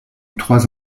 trois